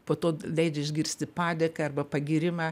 po to leidžia išgirsti padėką arba pagyrimą